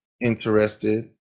interested